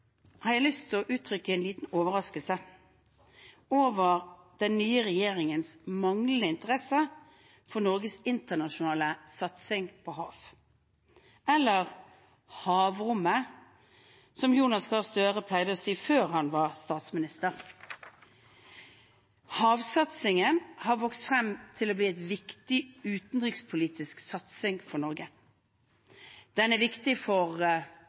har jeg lyst til å uttrykke en liten overraskelse over den nye regjeringens manglende interesse for Norges internasjonale satsing på hav – eller havrommet, som Jonas Gahr Støre pleide å si før han ble statsminister. Havsatsingen har vokst frem til å bli en viktig utenrikspolitisk satsing for Norge. Den er viktig for